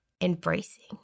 embracing